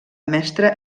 mestre